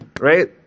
right